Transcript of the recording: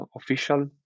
official